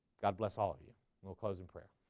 god bless all of you will close in prayer